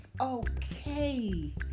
okay